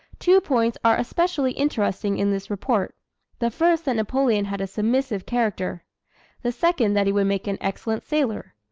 two points are especially interesting in this report the first that napoleon had a submissive character the second that he would make an excellent sailor.